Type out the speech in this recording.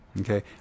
Okay